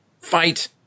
fight